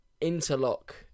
interlock